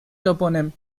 toponym